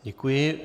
Děkuji.